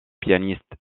pianiste